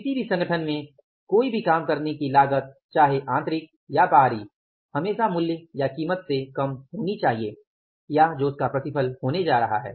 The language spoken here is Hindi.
किसी भी संगठन में किसी भी काम को करने की लागत चाहे आंतरिक या बाहरी हमेशा मूल्य या कीमत से कम होनी चाहिए या जो उसका प्रतिफल होने जा रहा हैं